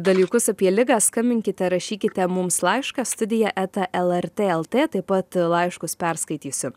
dalykus apie ligą skambinkite rašykite mums laišką studija eta lrt lt taip pat laiškus perskaitysiu